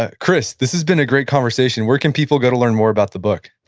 ah chris, this has been a great conversation. where can people go to learn more about the book?